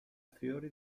fiori